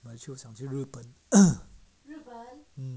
actually 我想去日本